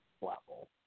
level